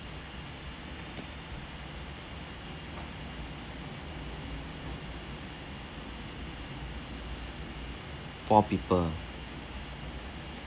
four people